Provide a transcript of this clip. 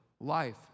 life